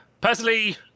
personally